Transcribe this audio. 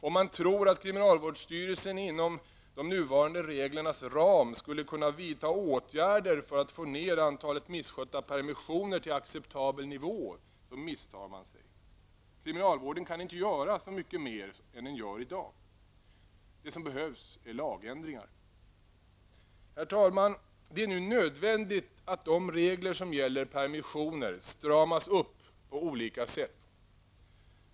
Om man tror att kriminalvårdsstyrelsen inom de nuvarande reglernas ram skulle kunna vidta åtgärder för att få ned antalet misskötta permissioner till acceptabel nivå misstar man sig. Kriminalvården kan inte göra mycket mer än den gör i dag. Det som behövs är lagändringar. Herr talman! Det är nu nödvändigt att de regler som gäller permissioner stramas upp på olika sätt.